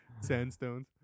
Sandstones